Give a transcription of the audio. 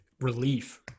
relief